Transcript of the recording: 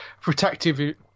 protective